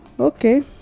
Okay